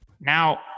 Now